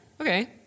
Okay